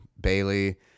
Bailey